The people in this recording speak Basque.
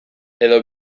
edo